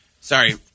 Sorry